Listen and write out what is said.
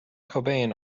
cobain